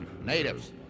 natives